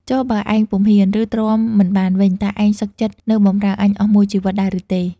ចុះបើឯង ពុំហ៊ាន ឬ ទ្រាំមិនបានវិញ តើឯងសុខចិត្តនៅបម្រើអញអស់មួយជីវិតដែរឬទេ?។